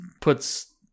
puts